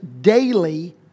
daily